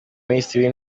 minisitiri